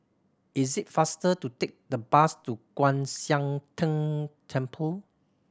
is it faster to take the bus to Kwan Siang Tng Temple